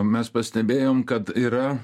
mes pastebėjom kad yra